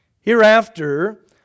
Hereafter